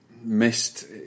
missed